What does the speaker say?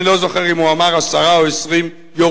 אני לא זוכר אם הוא אמר עשרה או 20 יורשים.